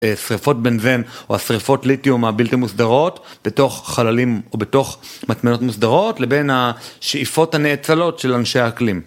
שריפות בנזן או השריפות ליתיום הבלתי מוסדרות בתוך חללים ובתוך מטמנות מוסדרות לבין השאיפות הנאצלות של אנשי האקלים.